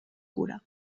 cura